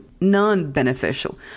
non-beneficial